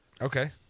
Okay